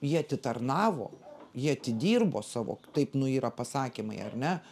jie atitarnavo jie atidirbo savo taip nu yra pasakymai ar ne